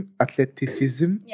athleticism